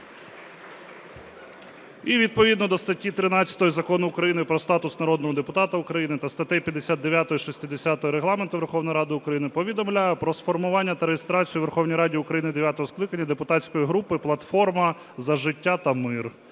І відповідно до статті 13 Закону України "Про статус народного депутата України" та статей 59, 60 Регламенту Верховної Ради України повідомляю про сформування та реєстрацію у Верховній Раді України дев'ятого скликання депутатської групи "Платформа за життя та мир",